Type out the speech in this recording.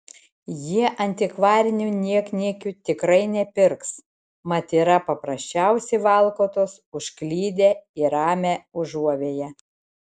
jie antikvarinių niekniekių tikrai nepirks mat yra paprasčiausi valkatos užklydę į ramią užuovėją